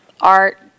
Art